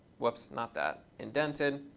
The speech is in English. whoops. not that indented.